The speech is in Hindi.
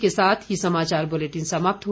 इसी के साथ ये समाचार बुलेटिन समाप्त हुआ